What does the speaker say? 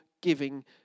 giving